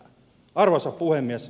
arvoisa puhemies